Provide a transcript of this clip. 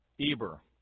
Eber